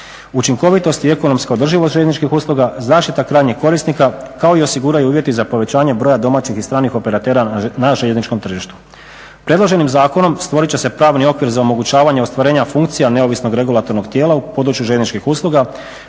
Učinkovitost i ekonomska održivost željezničkih usluga, zaštita krajnjeg korisnika kao i osiguraju uvjeti za povećanje broja domaćih i stranih operatera na željezničkom tržištu. Predloženim zakonom stvorit će se pravni okvir za omogućavanje ostvarenja funkcija neovisnog regulatornog tijela u području željezničkih usluga